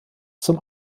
zum